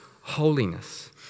holiness